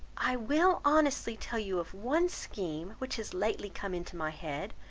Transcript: i will honestly tell you of one scheme which has lately come into my head,